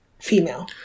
female